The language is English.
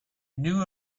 knew